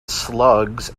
slugs